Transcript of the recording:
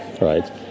right